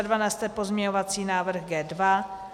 12. pozměňovací návrh G2.